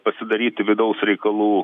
pasidaryti vidaus reikalų